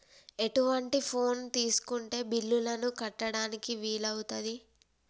ఎటువంటి ఫోన్ తీసుకుంటే బిల్లులను కట్టడానికి వీలవుతది?